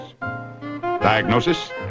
Diagnosis